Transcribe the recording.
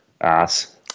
ass